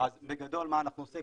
בגדול מה אנחנו עושים.